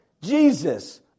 Jesus